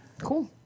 cool